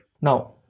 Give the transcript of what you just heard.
Now